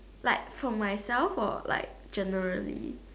like for myself or like generally